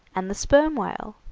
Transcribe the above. and the sperm whale.